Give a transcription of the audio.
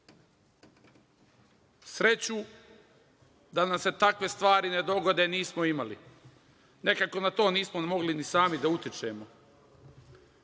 da nam se takve stvari ne dogode, nismo imali. Nekako na to nismo mogli ni sami da utičemo.